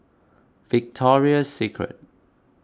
Victoria Secret